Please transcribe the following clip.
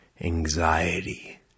anxiety